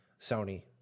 Sony